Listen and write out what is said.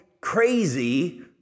crazy